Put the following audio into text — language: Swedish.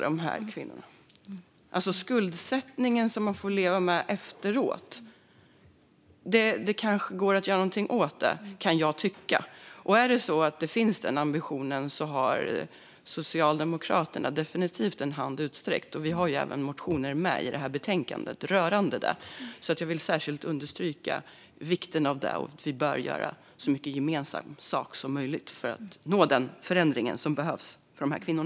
Den skuldsättning som de får leva med efteråt kan jag tycka att det går att göra något åt. Om denna ambition finns har Socialdemokraterna definitivt en hand utsträckt. Vi har även motioner i betänkandet som rör detta. Jag vill särskilt understryka vikten av det här och att vi bör göra så mycket gemensam sak som möjligt för att nå den förändring som behövs för dessa kvinnor.